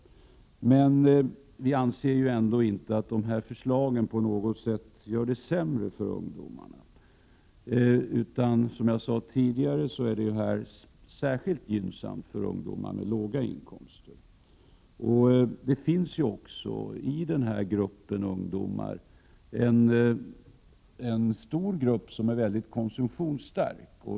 Utskottsmajoriteten anser ändå inte att dessa förslag på något sätt gör det sämre för ungdomarna, utan som jag sade tidigare är dessa förslag särskilt gynnsamma för ungdomar med låga inkomster. I denna grupp ungdomar finns det många som är mycket konsumtionsstarka.